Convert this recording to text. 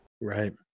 Right